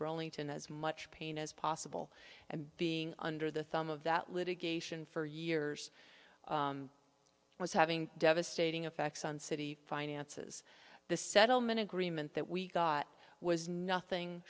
brawling to in as much pain as possible and being under the thumb of that litigation for years was having devastating effects on city finances the settlement agreement that we got was nothing